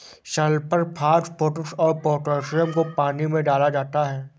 sulphur phosphorus और potassium को पानी में डाला जाता है